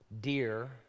dear